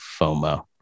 FOMO